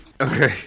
Okay